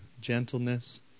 gentleness